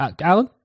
Alan